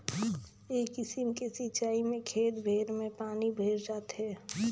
ए किसिम के सिचाई में खेत भेर में पानी भयर जाथे